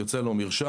יוצא לו מרשם,